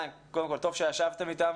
טוב שישבתם איתם